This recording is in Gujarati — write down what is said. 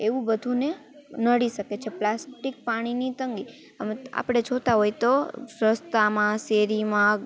એવું બધું ને નડી શકે છે પ્લાસ્ટિક પાણીની તંગી આપણે જોતાં હોય તો રસ્તામાં શેરીમાં